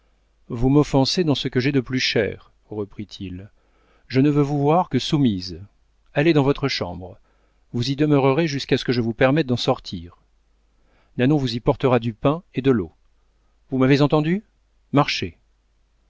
vous m'offensez dans ce que j'ai de plus cher reprit-il je ne veux vous voir que soumise allez dans votre chambre vous y demeurerez jusqu'à ce que je vous permette d'en sortir nanon vous y portera du pain et de l'eau vous m'avez entendu marchez